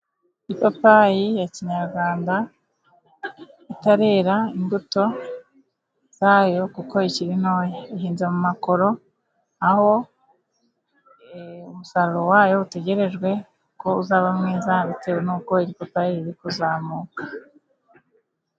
Ipapayi ya kinyarwanda itarera imbuto zayo kuko ikiri ntoya, ihinze mu makoro aho umusaruro wayo utegerejwe ko uzaba mwiza bitewe n'uko iri papayi riri kuzamuka.